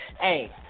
Hey